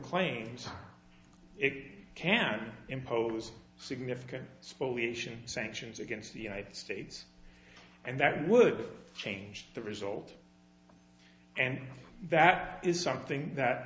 claims it can impose significant spoliation sanctions against the united states and that would change the result and that is something that